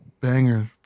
banger